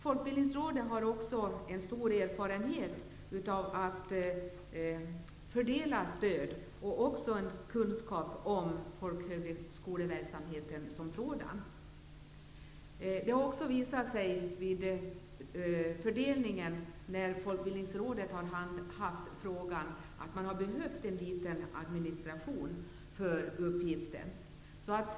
Folkbildningsrådet har en stor erfarenhet av att fördela stöd och en kunskap om folkhögskoleverksamheten som sådan. Det har visat sig att Folkbildningsrådet behövt liten administration för uppgiften med fördelningen.